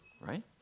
right